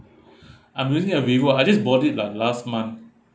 I'm using a Vivo I just bought it lah last month